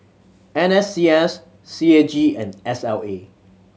N S C S C A G and S L A